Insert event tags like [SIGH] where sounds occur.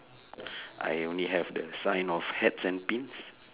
[BREATH] I only have the sign of hats and pins